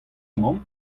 mamm